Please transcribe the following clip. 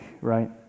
right